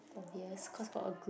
obvious cause got a group